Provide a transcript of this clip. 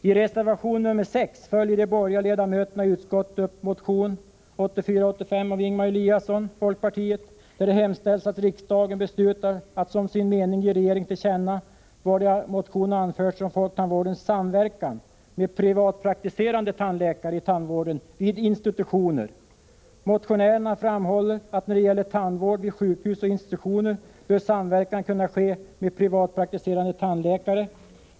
I reservation 6 följer de borgerliga ledamöterna i utskottet upp motion 1984/85:219 av Ingemar Eliasson m.fl., där det hemställs att riksdagen beslutar som sin mening ge regeringen till känna vad som i motionen anförs om folktandvårdens samverkan med privatpraktiserande tandläkare i tandvården vid institutioner. Motionärerna framhåller att när det gäller tandvård vid sjukhus och institutioner bör samverkan kunna ske med privatpraktiserande tandläkare.